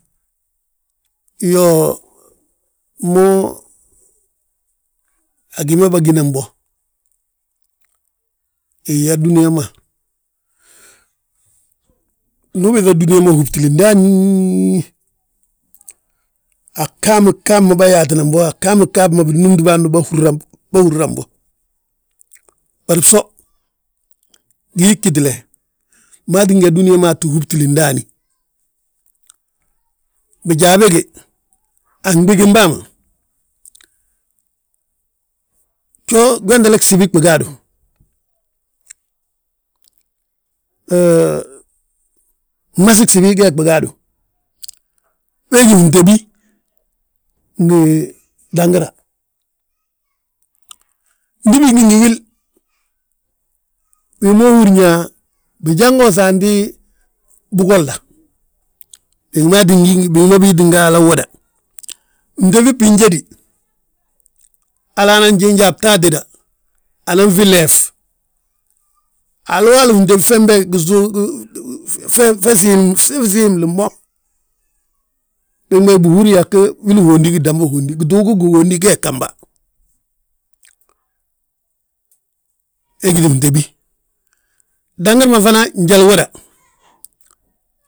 Iyoo, mo agi ma bâgina bo, iyaa dúniyaa ma, ndu ubiiŧa dúniyaa ma húmbtili ndaani, a ghaami ghaami bâyaati nan bo, a ghaami ghaam ma tinnúmti bâan bo bâhúrna bo. Bari bso, gii gitile, wi maa tínga dúniyaa maa tti húbtili ndaani. Bijaa bége, a fnɓigim bàa ma, gjoo, gwentele gsibi bigaadu, gmasi gsibi geeg bigaadu. We gí fntébi, ngi dangira, ndi bigi ngi wil, wi ma húrin yaa, bijanga wi saanti, bigolla, bigi ma ngi bigi ma biitin gí hala uwoda. fntébi binjédi, hala nan jiinji a bta atéda, anan fi leef, halooli fntéb fembe fe siim fi siimli mo. Bembe bihúra go wili hondi gí ndamba uhondi, gituugi gihondi gee gi gamba. We gí fntébi, dagir ma fana njalu uwoda.